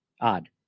Odd